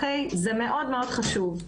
זה מאוד-מאוד חשוב.